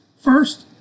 First